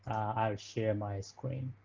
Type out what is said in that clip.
i'll share my screen.